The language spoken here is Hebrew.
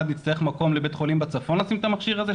נצטרך מקום לבית חולים בצפון לשים את המכשיר הזה,